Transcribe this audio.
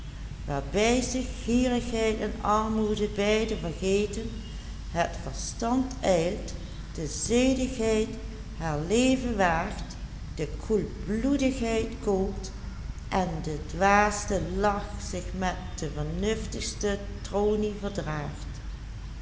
de zedigheid haar leven waagt de koelbloedigheid kookt en de dwaaste lach zich met de vernuftigste tronie verdraagt